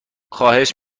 خواهش